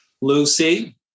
Lucy